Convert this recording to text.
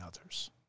others